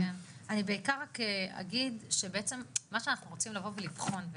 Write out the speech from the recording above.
אני אגיד שבעצם מה שאנחנו רוצים לבוא ולבחון ולבדוק,